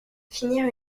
finir